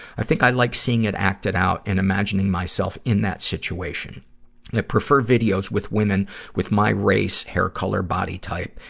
i think i like seeing it acted out and imagining myself in that situation. i prefer videos with women with my race, hair color, body type,